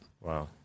Wow